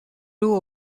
doe